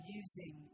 using